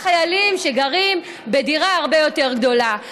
חיילים שגרים בדירה הרבה יותר גדולה.